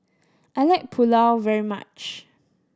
I like Pulao very much